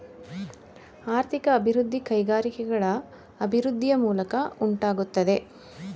ಆರ್ಥಿಕ ಅಭಿವೃದ್ಧಿ ಕೈಗಾರಿಕೆಗಳ ಅಭಿವೃದ್ಧಿಯ ಮೂಲಕ ಉಂಟಾಗುತ್ತದೆ